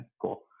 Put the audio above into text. cool